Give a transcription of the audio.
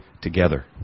together